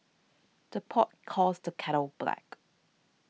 the pot calls the kettle black